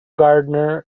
gardener